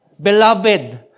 Beloved